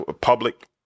public